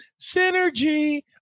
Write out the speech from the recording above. synergy